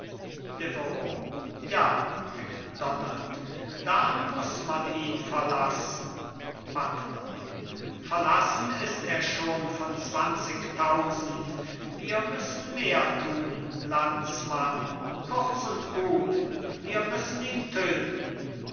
ja macdonald da muß man ihn verlassen buttler verlassen ist er schon von zwanzigtausend wir müssen mehr tun landsmann kurz und gut wir müssen ihn töten